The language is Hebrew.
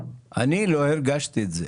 אני לא הרגשתי את זה.